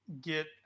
get